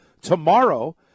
tomorrow